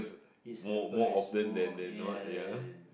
it happens is more yes